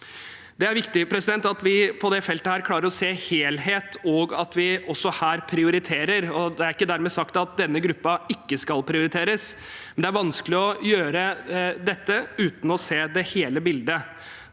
Det er viktig at vi på dette feltet klarer å se helheten, og at vi prioriterer også her. Det er ikke dermed sagt at denne gruppen ikke skal prioriteres, men det er vanskelig å gjøre dette uten å se hele bildet.